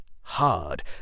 hard